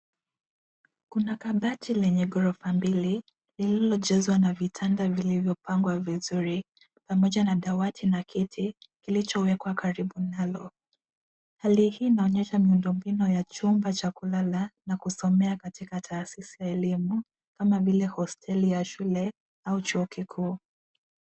Kuna kabati lenye ghorofa mbili lililojazwa na vitanda vilivyopangwa vizuri pamoja na dawati na kiti kilichowekwa karibu nalo. Hali hii inaonyesha miundombinu ya chumba cha kulala na kusomea katika taasisi ya elimu kama vile hosteli ya shule au chuo kikuu.